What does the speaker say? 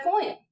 point